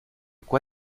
quoi